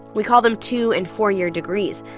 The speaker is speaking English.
we call them two and four-year degrees,